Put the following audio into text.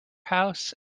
house